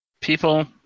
people